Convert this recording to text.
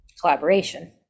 collaboration